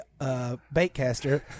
baitcaster